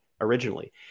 originally